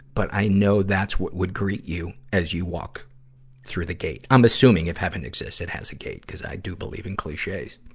but i know that's what would greet you as you walk through the gate. i'm assuming, if heaven exists, it has a gate, because i do believe in cliches.